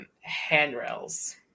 handrails